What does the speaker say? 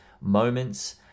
moments